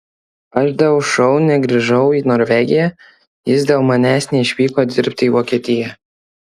aš dėl šou negrįžau į norvegiją jis dėl manęs neišvyko dirbti į vokietiją